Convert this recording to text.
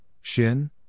Shin